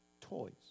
toys